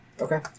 Okay